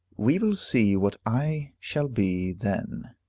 we will see what i shall be then,